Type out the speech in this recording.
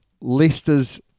Leicester's